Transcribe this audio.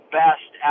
best